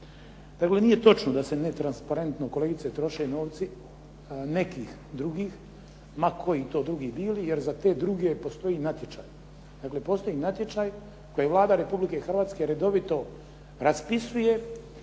Dakle, nije točno da se netransparentno kolegice troše novci nekih drugih ma koji to drugi bili jer za te druge postoji natječaj. Dakle, postoji natječaj koji Vlada Republike Hrvatske redovito raspisuje